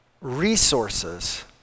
resources